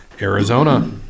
Arizona